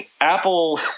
Apple